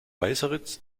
weißeritz